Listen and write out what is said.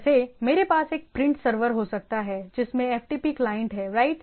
जैसे मेरे पास एक प्रिंट सर्वर हो सकता है जिसमें एफटीपी क्लाइंट है राइट